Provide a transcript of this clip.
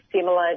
similar